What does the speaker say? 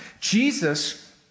Jesus